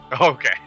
Okay